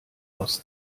aus